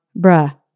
bruh